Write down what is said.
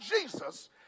Jesus